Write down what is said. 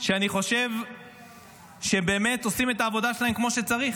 שאני חושב שבאמת עושים את העבודה שלהם כמו שצריך.